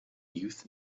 youth